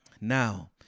Now